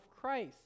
Christ